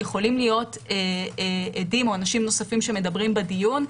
יכולים להיות עדים או אנשים נוספים שמדברים בדיון.